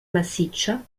massiccia